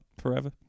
forever